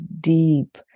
deep